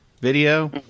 video